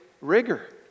rigor